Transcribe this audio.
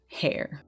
hair